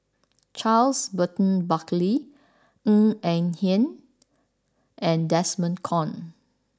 Charles Burton Buckley Ng Eng Hen and Desmond Kon